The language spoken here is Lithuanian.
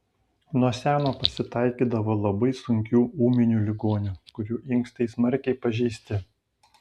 nuo seno pasitaikydavo labai sunkių ūminių ligonių kurių inkstai smarkiai pažeisti